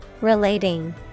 Relating